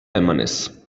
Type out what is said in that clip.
emanez